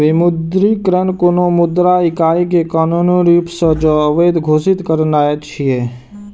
विमुद्रीकरण कोनो मुद्रा इकाइ कें कानूनी रूप सं अवैध घोषित करनाय छियै